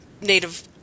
native